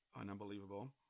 unbelievable